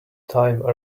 time